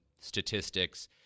statistics